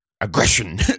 Aggression